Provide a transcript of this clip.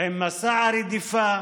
עם מסע הרדיפה,